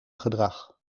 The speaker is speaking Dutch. gedrag